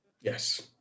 Yes